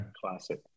Classic